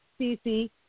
cc